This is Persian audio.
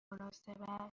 مناسب